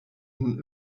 nun